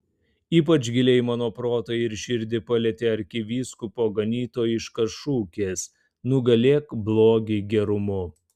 ypač giliai mano protą ir širdį palietė arkivyskupo ganytojiškas šūkis nugalėk blogį gerumu